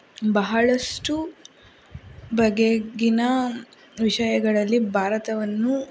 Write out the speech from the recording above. ಬಹಳಷ್ಟು ಬಗೆಗಿನ ವಿಷಯಗಳಲ್ಲಿ ಭಾರತವನ್ನು